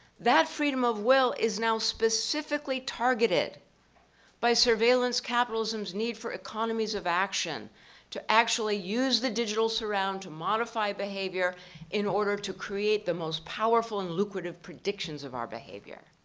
that freedom of will is now specifically targeted by surveillance capitalism's need for economies of action to actually use the digital surround to modify behavior in order to create the most power and lucrative predictions of our behavior.